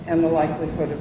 and the likelihood of